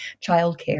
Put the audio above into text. childcare